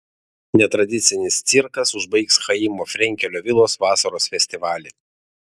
netradicinis cirkas užbaigs chaimo frenkelio vilos vasaros festivalį